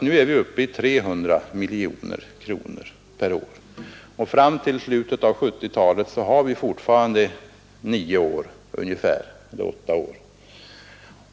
Nu är vi uppe i 300 miljoner kronor per år, och fram till slutet av 1970-talet återstår fortfarande ungefär åtta år.